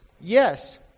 Yes